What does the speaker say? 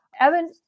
Evan